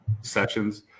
sessions